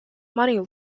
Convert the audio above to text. money